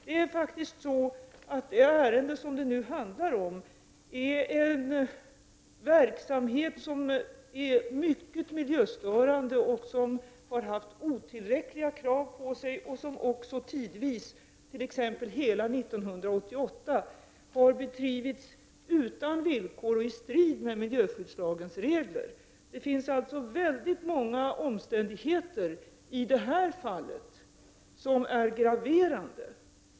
Det är faktiskt så att det ärende som det nu handlar om gäller en verksamhet som är mycket miljöstörande, som det har ställts otillräckliga krav på och som tidvis, t.ex. hela 1988, har bedrivits utan villkor och i strid med miljöskyddslagens regler. Det finns alltså väldigt många omständigheter i det här fallet som är graverande.